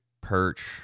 perch